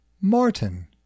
Martin